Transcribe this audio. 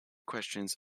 questions